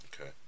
Okay